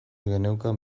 geneukan